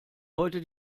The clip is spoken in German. heute